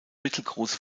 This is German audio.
mittelgroße